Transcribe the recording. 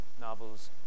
novels